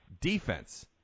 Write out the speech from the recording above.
defense